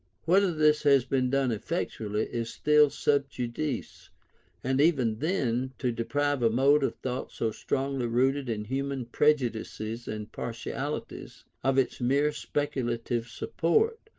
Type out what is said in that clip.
whether this has been done effectually, is still sub judice and even then, to deprive a mode of thought so strongly rooted in human prejudices and partialities, of its mere speculative support,